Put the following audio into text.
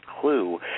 clue